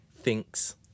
thinks